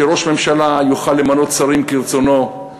שראש הממשלה יוכל למנות שרים כרצונו,